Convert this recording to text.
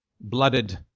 blooded